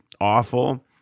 awful